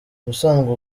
ubusanzwe